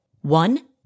One